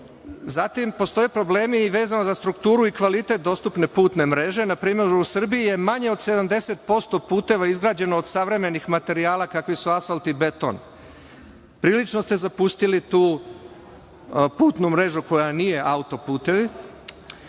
više. Zatim, postoje problemi vezano za strukturu i kvalitet dostupne putne mreže. Na primeru Srbije je manje od 70% puteva izgrađeno od savremenih materijala kakvi su asfalt i beton. Prilično ste zapustili tu putnu mrežu koja nije autoput,